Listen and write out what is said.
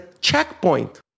checkpoint